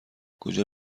کجا